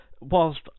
whilst